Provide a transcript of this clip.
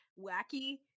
wacky